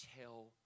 tell